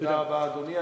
תודה, רבה, אדוני.